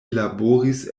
laboris